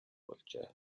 болжээ